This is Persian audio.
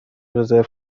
رزرو